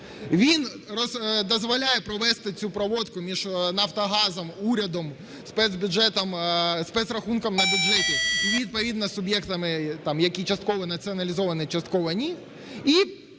він дозволяє провести цю проводку між Нафтогазом, урядом, спецбюджетом... спецрахуноком на бюджеті і відповідно суб'єктами, там які частково націоналізовані, частково -